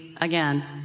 Again